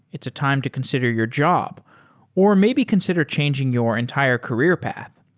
it's a time to consider your job or maybe consider changing your entire career path.